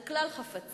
על כלל חפציו,